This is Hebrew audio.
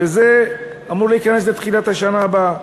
וזה אמור להיכנס בתחילת השנה הבאה.